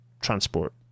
transport